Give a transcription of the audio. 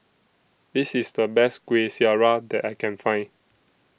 This IS The Best Kueh Syara that I Can Find